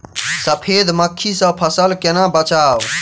सफेद मक्खी सँ फसल केना बचाऊ?